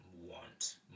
Want